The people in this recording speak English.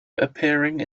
appearing